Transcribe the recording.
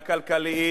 הכלכליים,